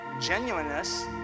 genuineness